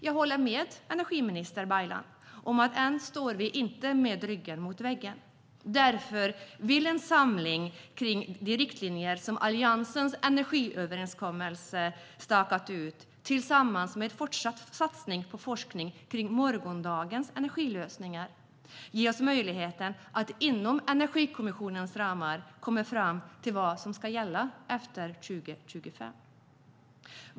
Jag håller med energiminister Baylan om att ännu står vi inte med ryggen mot väggen. Därför skulle en samling kring de riktlinjer som Alliansens energiöverenskommelse stakat ut, tillsammans med en fortsatt satsning på forskning kring morgondagens energilösningar, ge oss möjlighet att inom Energikommissionens ramar komma fram till vad som ska gälla efter 2025.